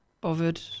bothered